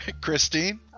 christine